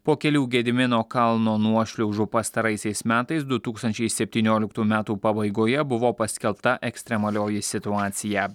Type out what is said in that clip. po kelių gedimino kalno nuošliaužų pastaraisiais metais du tūkstančiai septynioliktų metų pabaigoje buvo paskelbta ekstremalioji situacija